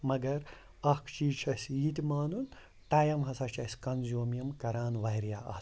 مگر اَکھ چیٖز چھُ اَسہِ یہِ تہِ مانُن ٹایِم ہسا چھُ اَسہِ کَنزیوٗم یِم کَران واریاہ